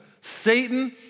Satan